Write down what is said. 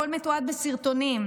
הכול מתועד בסרטונים.